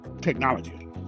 technology